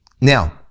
now